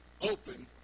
open